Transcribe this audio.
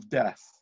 death